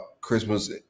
Christmas